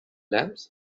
lamps